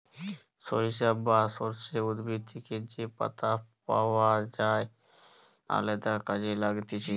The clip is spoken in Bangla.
সরিষা বা সর্ষে উদ্ভিদ থেকে যে পাতা পাওয় যায় আলদা কাজে লাগতিছে